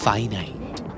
Finite